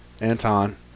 Anton